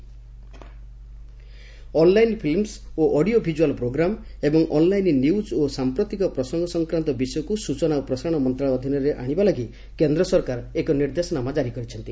MIB online films ଓ audio ଭିକ୍ତାଲ୍ programme ଏବଂ ଅନ୍ଲାଇନ୍ ନ୍ୟୁକ୍ ଓ ସାମ୍ପ୍ରତିକ ପ୍ରସଙ୍ଗ ସଂକ୍ରାନ୍ତ ବିଷୟକ୍ତ ସ୍ଚନା ଓ ପ୍ରସାରଣ ମନ୍ତ୍ରଣାଳୟ ଅଧୀନରେ ଆଶିବାଲାଗି କେନ୍ଦ୍ର ସରକାର ଏକ ନିର୍ଦ୍ଦେଶନାମା କାରି କରିଛନ୍ତି